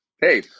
Hey